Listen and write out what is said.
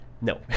No